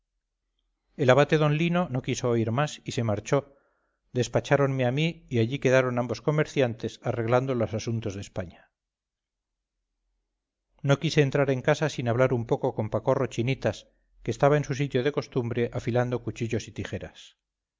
el abate d lino no quiso oír más y se marchó despacháronme a mí y allí quedaron ambos comerciantes arreglando los asuntos de españa no quise entrar en casa sin hablar un poco con pacorro chinitas que estaba en su sitio de costumbre afilando cuchillos y tijeras